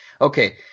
okay